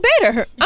better